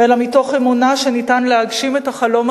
אלא מתוך אמונה שניתן להגשים את החלום